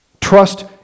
Trust